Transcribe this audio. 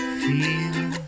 feel